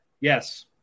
Yes